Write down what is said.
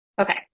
Okay